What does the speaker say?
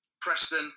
Preston